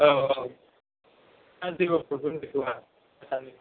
औ औ दा जेबो प्रब्लेम गैथ'वा